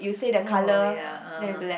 oh ya ah